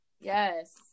yes